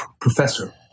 Professor